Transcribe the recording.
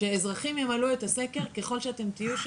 כשאזרחים ימלאו את הסקר, ככל שאתם תהיו שם,